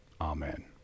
amen